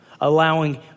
allowing